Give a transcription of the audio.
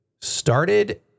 started